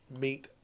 meet